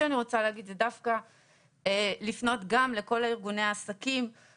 אני רוצה לפנות גם לכל ארגוני העסקים,